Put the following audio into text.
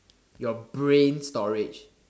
your brain storage